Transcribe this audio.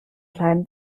kleinen